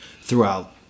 throughout